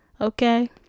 Okay